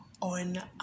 on